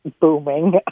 booming